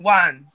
one